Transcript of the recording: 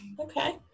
Okay